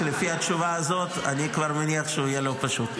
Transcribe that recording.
שלפי התשובה הזאת אני כבר מניח שהוא יהיה לא פשוט.